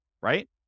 right